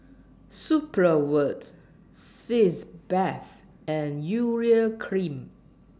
Supravit Sitz Bath and Urea Cream